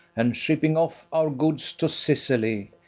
and, shipping off our goods to sicily,